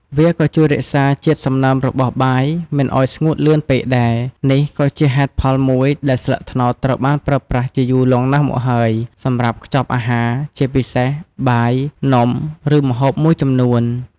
វាក៏ជួយរក្សាជាតិសំណើមរបស់បាយ មិនឲ្យស្ងួតលឿនពេកដែរ នេះក៏ជាហេតុផលមួយដែលស្លឹកត្នោតត្រូវបានប្រើប្រាស់ជាយូរលង់មកហើយសម្រាប់ខ្ចប់អាហារ ជាពិសេសបាយ នំ ឬម្ហូបមួយចំនួន។